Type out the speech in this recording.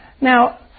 Now